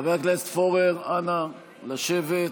נא לשבת,